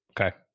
Okay